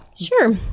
Sure